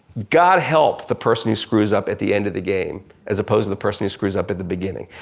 god help the person who screws up at the end of the game as opposed to the person who screws up at the beginning.